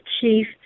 Chief